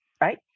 right